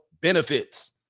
benefits